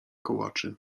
kołaczy